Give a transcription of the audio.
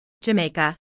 Jamaica